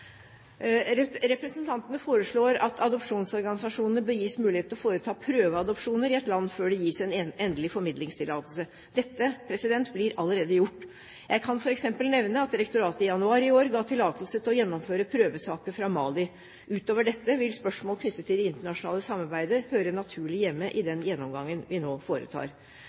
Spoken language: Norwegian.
gis. Representantene foreslår at adopsjonsorganisasjonene bør gis mulighet til å foreta prøveadopsjoner i et land før det gis en endelig formidlingstillatelse. Dette blir allerede gjort. Jeg kan f.eks. nevne at direktoratet i januar i år ga tillatelse til å gjennomføre prøvesaker fra Mali. Utover dette vil spørsmål knyttet til det internasjonale samarbeidet høre naturlig hjemme i den gjennomgangen vi nå foretar.